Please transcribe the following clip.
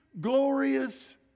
glorious